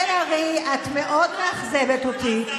מירב בן ארי, את מאוד מאכזבת אותי.